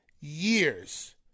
years